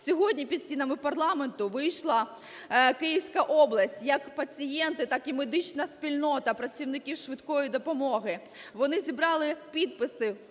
Сьогодні під стінами парламенту вийшла Київська область, як пацієнти, так і медична спільнота, працівники "Швидкої допомоги". Вони зібрали підписи